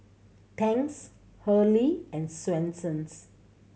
Tangs Hurley and Swensens